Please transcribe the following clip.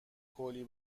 کولی